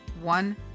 one